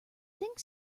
think